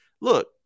look